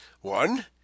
One